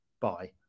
Bye